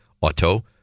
Auto